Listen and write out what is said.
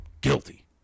Guilty